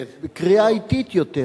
בקריאה אטית יותר,